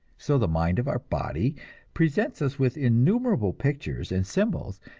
so the mind of our body presents us with innumerable pictures and symbols,